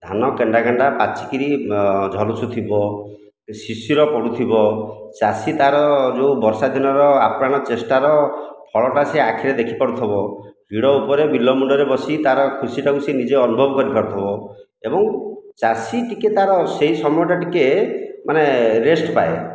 ଧାନ କେଣ୍ଡା କେଣ୍ଡା ପାଚି କରି ଝଲସୁଥିବ ଶିଶିର ପଡ଼ୁଥିବ ଚାଷୀ ତା'ର ଯେଉଁ ବର୍ଷା ଦିନର ଆପ୍ରାଣ ଚେଷ୍ଟାର ଫଳଟା ସେ ଆଖିରେ ଦେଖିପାରୁଥିବ ହିଡ଼ ଉପରେ ବିଲ ମୁଣ୍ଡରେ ବସି ତାର ଖୁସିଟାକୁ ସେ ନିଜେ ଅନୁଭବ କରି ପାରୁଥିବ ଏବଂ ଚାଷୀ ଟିକେ ତାର ସେହି ସମୟଟା ଟିକେ ମାନେ ରେଷ୍ଟ ପାଏ